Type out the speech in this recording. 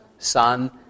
son